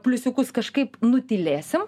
pliusiukus kažkaip nutylėsim